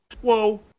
Whoa